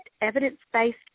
evidence-based